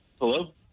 Hello